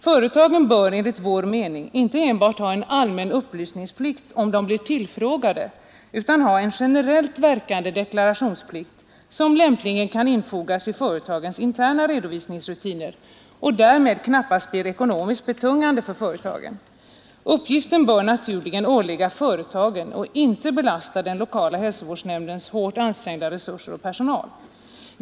Företagen bör enligt vår mening inte enbart ha en allmän upplysningsplikt om de blir tillfrågade utan ha en generellt verkande deklarationsplikt, som lämpligen kan infogas i företagens interna redovisningsrutiner. Därmed blir den knappast ekonomiskt betungande för företagen. Uppgiften bör naturligtvis åligga företagen och inte belasta den lokala hälsovårdsnämndens hårt ansträngda resurser och personal.